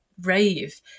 rave